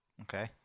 Okay